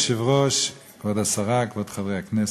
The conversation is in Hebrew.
אדוני היושב-ראש, כבוד השרה, כבוד חברי הכנסת,